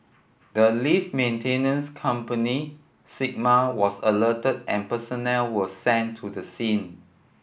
the lift maintenance company Sigma was alerted and personnel were sent to the scene